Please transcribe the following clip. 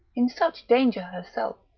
in such danger herself,